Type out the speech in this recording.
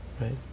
Right